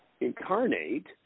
incarnate